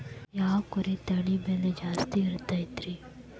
ಯಾವ ಕುರಿ ತಳಿ ಬೆಲೆ ಜಾಸ್ತಿ ಇರತೈತ್ರಿ?